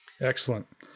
Excellent